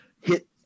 hit